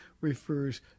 refers